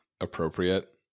appropriate